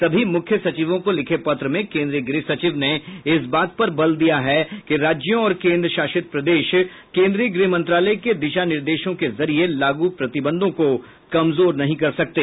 सभी मुख्य सचिवों को लिखे पत्र में केंद्रीय गृह सचिव ने इस बात पर बल दिया कि राज्यों और केंद्र शासित प्रदेश केंद्रीय गृह मंत्रालय के दिशा निर्देशों के जरिए लागू प्रतिबंधों को कमजोर नहीं कर सकते